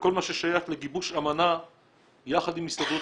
בכל מה ששייך לגיבוש אמנה יחד עם הסתדרות